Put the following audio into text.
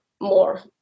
more